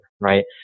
right